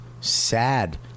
sad